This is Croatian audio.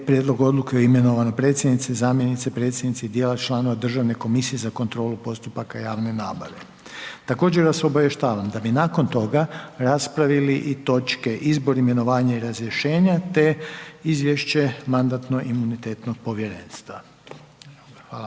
Prijedlog odluke o imenovanju predsjednika, zamjenice predsjednika i djela članova Državne komisije za kontrolu postupaka javne nabave. Također vas obavještavam da bi nakon toga raspravili i točke Izbor i imenovanje i razrješenja te Izvješće Mandatno-imunitetnog povjerenstva, hvala